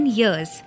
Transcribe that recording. years